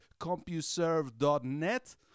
CompuServe.net